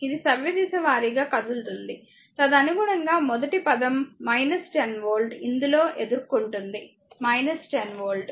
ఇది సవ్యదిశ వారీగా కదులుతుంది తదనుగుణంగా మొదటి పదం 10 వోల్ట్ ఇందులో ఎదుర్కొంటుంది 10 వోల్ట్